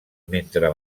mentre